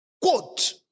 quote